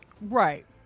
Right